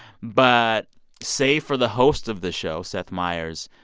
but say for the host of the show, seth meyers,